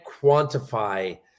quantify